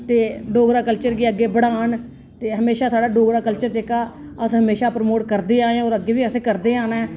ते डोगरा कल्चर गी अग्गें बढ़ान ते हमेशा साढ़ा जेह्ड़ा डोगरा कल्चर जेह्का अस हमेशा प्रमोट करदे आए होर असें अग्गें बी करदे आना ऐ